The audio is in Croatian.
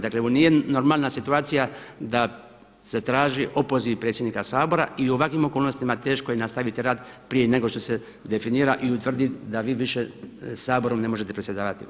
Dakle, ovo nije normalna situacija, da se traži opoziv predsjednika Sabora i u ovakvim okolnostima teško je nastaviti rad prije nego što se definira i utvrdi da vi više Saborom ne možete predsjedavati.